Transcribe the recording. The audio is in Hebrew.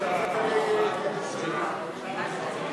סעיף 13,